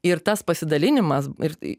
ir tas pasidalinimas ir